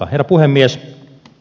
herra puhemies